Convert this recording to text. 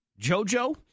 Jojo